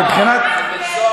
מבחינת,